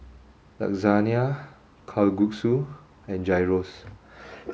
Lasagna Kalguksu and Gyros